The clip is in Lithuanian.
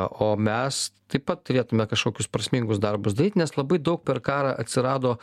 o mes taip pat turėtume kažkokius prasmingus darbus daryt nes labai daug per karą atsirado